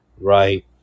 right